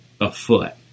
afoot